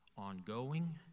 Ongoing